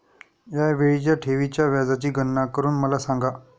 या वेळीच्या ठेवीच्या व्याजाची गणना करून मला सांगा